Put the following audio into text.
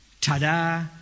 Ta-da